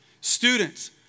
students